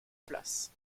place